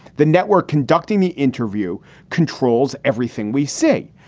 the network conducting the interview controls everything we see.